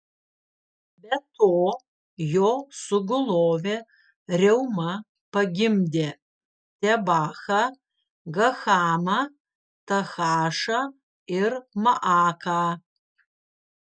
be to jo sugulovė reuma pagimdė tebachą gahamą tahašą ir maaką